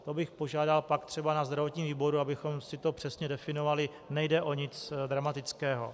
To bych požádal pak třeba na zdravotním výboru, abychom si to přesně definovali, nejde o nic dramatického.